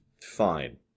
Fine